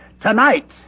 tonight